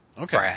Okay